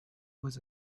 was